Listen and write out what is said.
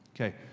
okay